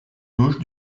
gauche